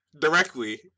directly